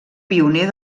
pioner